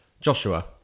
Joshua